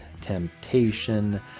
temptation